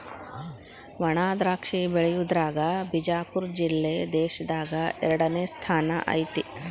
ವಣಾದ್ರಾಕ್ಷಿ ಬೆಳಿಯುದ್ರಾಗ ಬಿಜಾಪುರ ಜಿಲ್ಲೆ ದೇಶದಾಗ ಎರಡನೇ ಸ್ಥಾನ ಐತಿ